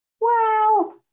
Wow